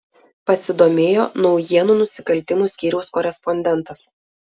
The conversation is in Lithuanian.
pasidomėjo naujienų nusikaltimų skyriaus korespondentas